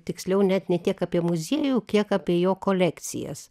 tiksliau net ne tiek apie muziejų kiek apie jo kolekcijas